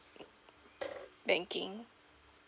banking